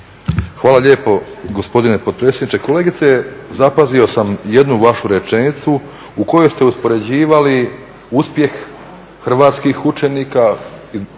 Hvala lijepo gospodine potpredsjedniče. Kolegice, zapazio sam jednu vašu rečenicu u kojoj ste uspoređivali uspjeh hrvatskih učenika